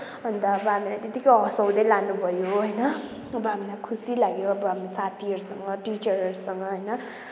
अन्त अब हामीलाई त्यतिकै हसाउँदै लानुभयो होइन अब हामीलाई खुसी लाग्यो अब हामी साथीहरूसँग टिचरहरूसँग होइन